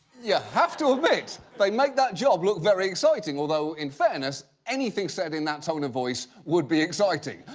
yeah have to admit, they make that job look very exciting, although, in fairness, anything said in that tone of voice would be exciting.